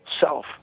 self